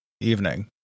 evening